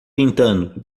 pintando